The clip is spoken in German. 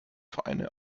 vereine